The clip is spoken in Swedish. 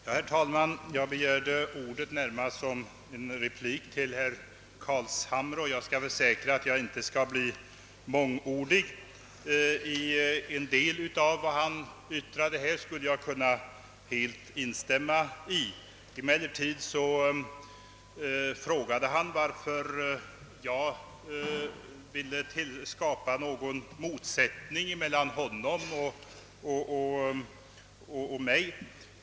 Herr talman! Jag begärde ordet närmast för att ge en replik till herr Carlshamre. Jag försäkrar att jag inte skall bli mångordig. En del av vad herr Carlshamre yttrade kan jag helt instämma i. Emellertid frågade han varför jag ville skapa en motsättning mellan honom och mig.